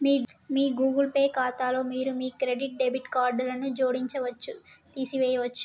మీ Google Pay ఖాతాలో మీరు మీ క్రెడిట్, డెబిట్ కార్డులను జోడించవచ్చు, తీసివేయచ్చు